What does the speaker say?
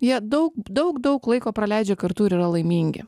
jie daug daug daug laiko praleidžia kartu ir yra laimingi